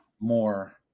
more